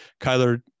kyler